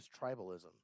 tribalism